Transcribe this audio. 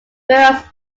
whereas